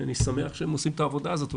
אני שמח שהם עושים את העבודה הזאת.